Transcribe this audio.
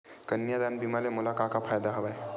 कन्यादान बीमा ले मोला का का फ़ायदा हवय?